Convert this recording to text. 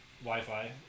Wi-Fi